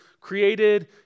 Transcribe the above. created